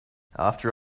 after